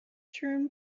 term